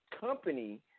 company